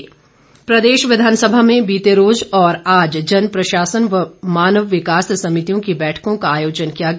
बैठक प्रदेश विधानसभा में बीते रोज़ और आज जन प्रशासन और मानव विकास समितियों की बैठकों का आयोजन किया गया